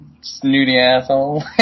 snooty-asshole